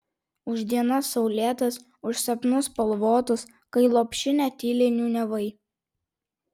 už dienas saulėtas už sapnus spalvotus kai lopšinę tyliai niūniavai